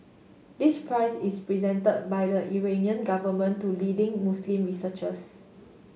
this prize is present by the Iranian government to leading Muslim researchers